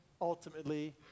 ultimately